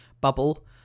bubble